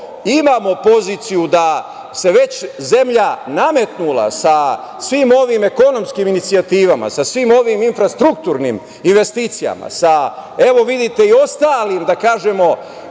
imamo poziciju da se već zemlja nametnula sa svim ovim ekonomskim inicijativama, sa svim ovim infrastrukturnim investicijama, sa evo vidite i ostalim da kažemo